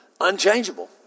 unchangeable